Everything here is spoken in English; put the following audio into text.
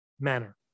manner